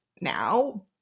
now